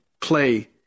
play